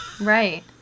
Right